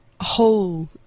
whole